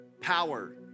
power